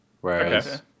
Whereas